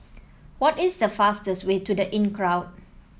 what is the fastest way to The Inncrowd